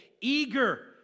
eager